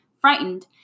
Frightened